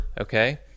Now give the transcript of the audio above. okay